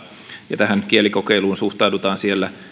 ja tähän kielikokeiluun suhtaudutaan siellä